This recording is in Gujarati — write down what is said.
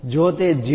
જો તે 0